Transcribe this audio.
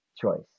choice